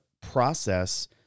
process